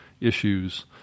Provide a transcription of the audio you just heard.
issues